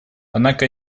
однако